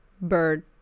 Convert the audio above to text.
bird